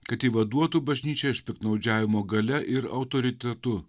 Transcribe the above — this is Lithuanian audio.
kad įvaduotų bažnyčią iš piktnaudžiavimo galia ir autoritetu